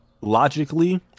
Logically